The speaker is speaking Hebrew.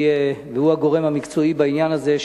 והוא הגורם המקצועי בעניין הזה,